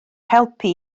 helpu